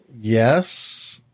yes